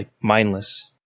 mindless